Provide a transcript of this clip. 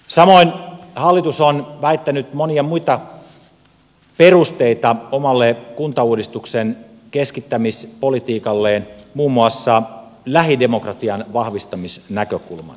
samoin hallitus on väittänyt monia muita perusteita omalle kuntauudistuksen keskittämispolitiikalleen muun muassa lähidemokratian vahvistamisnäkökulman